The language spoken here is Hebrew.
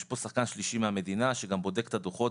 יש פה שחקן שלישי מהמדינה שגם בודק את הדוחות